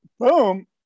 boom